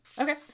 Okay